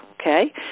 okay